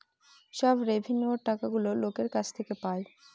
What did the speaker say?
সব রেভিন্যুয়র টাকাগুলো লোকের কাছ থেকে পায়